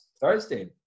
Thursday